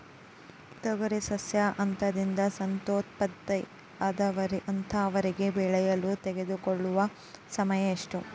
ತೊಗರಿ ಸಸ್ಯಕ ಹಂತದಿಂದ ಸಂತಾನೋತ್ಪತ್ತಿ ಹಂತದವರೆಗೆ ಬೆಳೆಯಲು ತೆಗೆದುಕೊಳ್ಳುವ ಸಮಯ ಎಷ್ಟು?